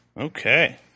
Okay